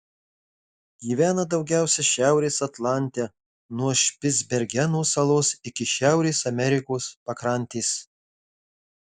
gyvena daugiausiai šiaurės atlante nuo špicbergeno salos iki šiaurės amerikos pakrantės